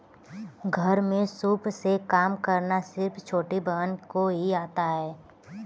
घर में सूप से काम करना सिर्फ छोटी बहन को ही आता है